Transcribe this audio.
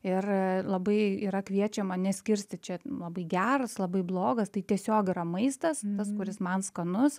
ir labai yra kviečiama neskirstyt čia labai geras labai blogas tai tiesiog yra maistas tas kuris man skanus